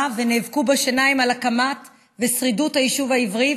ונאבקו בשיניים על הקמה ושרידות היישוב העברי,